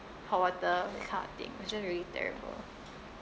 hot water that kind of thing it was just really terrible